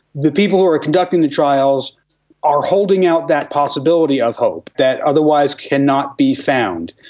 the people who are conducting the trials are holding out that possibility of hope that otherwise cannot be found.